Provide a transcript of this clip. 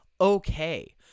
okay